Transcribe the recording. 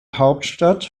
hauptstadt